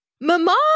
Mama